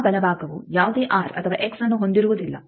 ಆ ಬಲಭಾಗವು ಯಾವುದೇ ಆರ್ ಅಥವಾ ಎಕ್ಸ್ಅನ್ನು ಹೊಂದಿರುವುದಿಲ್ಲ